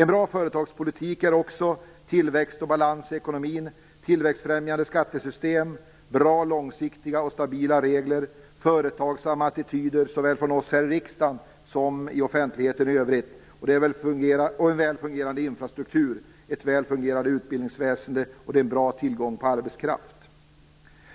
En bra företagspolitik är också: tillväxt och balans i ekonomin, tillväxtfrämjande skattesystem, bra, långsiktiga och stabila regler, företagsamma attityder såväl från oss här i riksdagen som i "offentligheten" i övrigt, en väl fungerande infrastruktur, ett väl fungerande utbildningsväsende och en bra tillgång på arbetskraft.